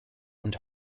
und